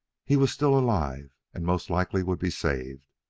he was still alive, and most likely would be saved,